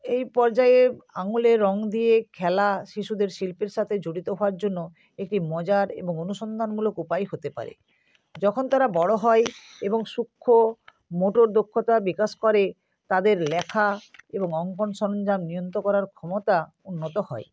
এই পর্যায়ে আঙুলে রঙ দিয়ে খেলা শিশুদের শিল্পের সাথে জড়িত হওয়ার জন্য একটি মজার এবং অনুসন্ধানমূলক উপায় হতে পারে যখন তারা বড়ো হয় এবং সূক্ষ্ম মোটর দক্ষতা বিকাশ করে তাদের লেখা এবং অঙ্কন সরঞ্জাম নিয়ন্ত্রন করার ক্ষমতা উন্নত হয়